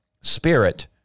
spirit